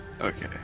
Okay